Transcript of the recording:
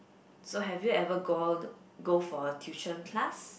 so have you ever gone go for tuition class